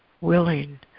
willing